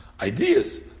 ideas